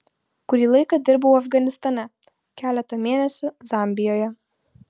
kurį laiką dirbau afganistane keletą mėnesių zambijoje